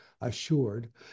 assured